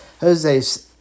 Jose